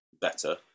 better